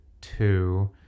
two